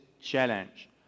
challenge